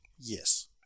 Yes